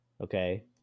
okay